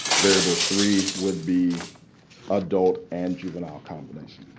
variable three would be adult and juvenile combination.